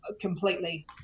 completely